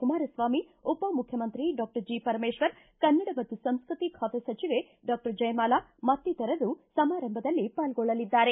ಕುಮಾರಸ್ವಾಮಿ ಉಪ ಮುಖ್ಯಮಂತ್ರಿ ಡಾಕ್ಟರ್ ಜಿಪರಮೇಶ್ವರ ಕನ್ನಡ ಮತ್ತು ಸಂಸ್ಟೃತಿ ಖಾತೆ ಸಚಿವೆ ಡಾಕ್ಷರ್ ಜಯಮಾಲಾ ಮತ್ತಿತರರು ಸಮಾರಂಭದಲ್ಲಿ ಪಾಲ್ಗೊಳ್ಳಲಿದ್ದಾರೆ